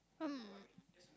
um